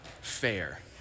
fair